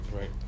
right